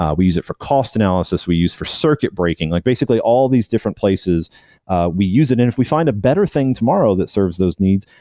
um we use it for cost analysis, we use for circuit braking. like basically all these different places we use it, and if we find a better thing tomorrow that serves those needs,